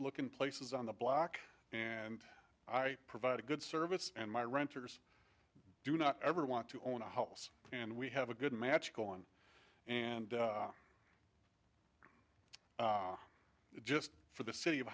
looking places on the block and i provide a good service and my renters do not ever want to own a house and we have a good match go on and just for the city of